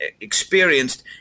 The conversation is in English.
experienced